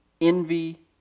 envy